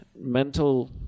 mental